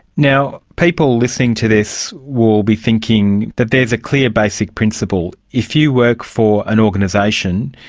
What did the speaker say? now, people listening to this will be thinking that there is a clear basic principle. if you work for an organisation,